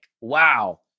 wow